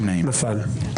נפל.